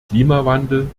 klimawandel